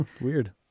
Weird